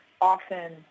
often